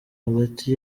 hagati